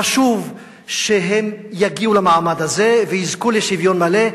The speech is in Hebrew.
חשוב שהם יגיעו למעמד הזה ויזכו לשוויון מלא.